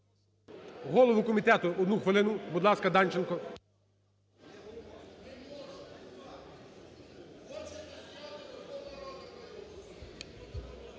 Голові комітету одну хвилину. Будь ласка, Данченко.